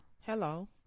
Hello